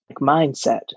mindset